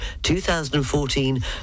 2014